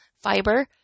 fiber